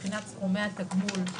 סכומי התגמול,